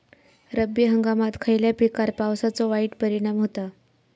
रब्बी हंगामात खयल्या पिकार पावसाचो वाईट परिणाम होता?